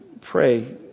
Pray